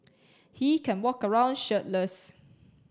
he can walk around shirtless